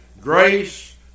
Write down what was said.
Grace